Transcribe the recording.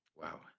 Wow